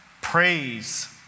praise